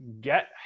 get